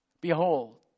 Behold